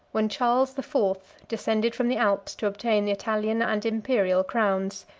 when charles the fourth descended from the alps to obtain the italian and imperial crowns.